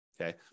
Okay